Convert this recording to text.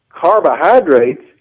carbohydrates